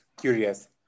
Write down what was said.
curious